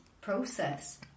process